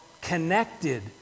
connected